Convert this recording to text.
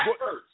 first